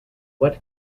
what